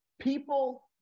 People